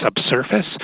subsurface